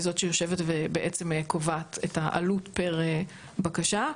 זאת שיושבת ובעצם קובעת את העלות פר בקשה.